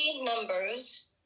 numbers